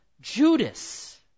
Judas